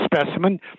specimen